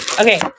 Okay